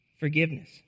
Forgiveness